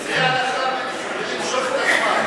אבל מאחר שסגן השר הנכבד איננו בסביבה,